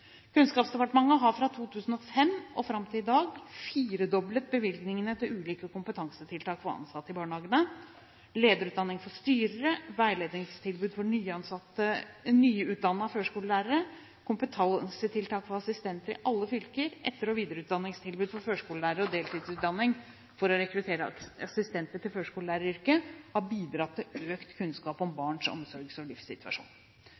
Kunnskapsdepartementet har fra 2005 og fram til i dag firedoblet bevilgningene til ulike kompetansetiltak for ansatte i barnehagene. Lederutdanning for styrere, veiledningstilbud for nyutdannede førskolelærere, kompetansetiltak for assistenter i alle fylker, etter- og videreutdanningstilbud for førskolelærere og deltidsutdanning for å rekruttere assistenter til førskolelæreryrket har bidratt til økt kunnskap om barns omsorgs- og livssituasjon.